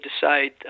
decide